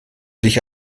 dich